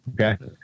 okay